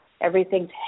everything's